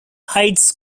hides